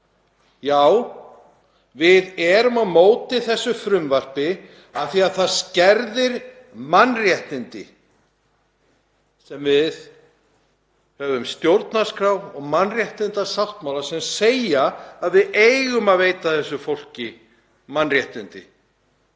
Já, við erum á móti þessu frumvarpi af því að það skerðir mannréttindi. Við höfum stjórnarskrá og mannréttindasáttmála sem segja að við eigum að veita þessu fólki mannréttindi.